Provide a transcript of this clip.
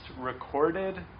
recorded